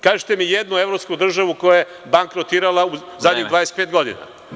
Kažite mi jednu evropsku državu koja je bankrotirala u zadnjih 25 godina.